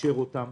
ולאפשר אותם.